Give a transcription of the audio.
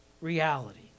reality